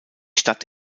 stadt